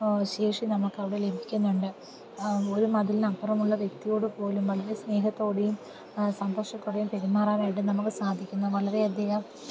ശേഷി നമ്മൾക്ക് അവിടെ ലഭിക്കുന്നുണ്ട് ഒരു മതിലിന് അപ്പുറമുള്ള വ്യക്തിയോടു പോലും വളരെ സ്നേഹത്തോടെയും സന്തോഷത്തോടെയും പെരുമാറാനായിട്ട് നമുക്ക് സാധിക്കുന്നു വളരെ അധികം